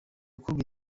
gukorwa